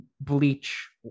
bleach